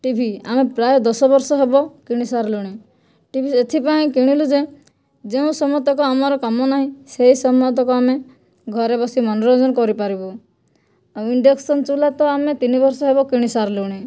TV ଆମ ପ୍ରାୟ ଦଶ ବର୍ଷ ହେବ କିଣି ସାରିଲୁଣି ଟିଭି ଏଥିପାଇଁ କିଣିଲୁ ଯେ ଯେଉଁ ସମୟତକ ଆମର କାମ ନାହିଁ ସେହି ସମୟତକ ଆମେ ଘରେ ବସି ମନୋରଞ୍ଜନ କରି ପାରିବୁ ଆଉ ଇଣ୍ଡକ୍ସନ ଚୁଲା ତ ଆମେ ତିନି ବର୍ଷ ହେବ କିଣି ସାରିଲୁଣି